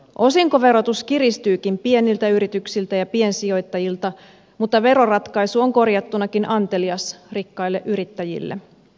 osinkoverotus kiristyykin pieniltä yrityksiltä ja piensijoittajilta mutta veroratkaisu on korjattunakin antelias rikkaille yrittäjille